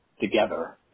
together